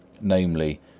namely